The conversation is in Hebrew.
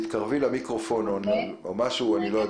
כשהתקבל התיקון לתקנות שעת החירום שזה אחרי שהתקבל גם אישור